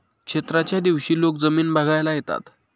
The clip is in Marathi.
क्षेत्राच्या दिवशी लोक जमीन बघायला येतात